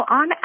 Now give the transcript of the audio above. on